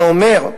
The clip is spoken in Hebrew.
ואומר: